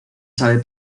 sabe